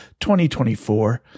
2024